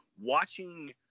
watching –